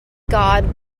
god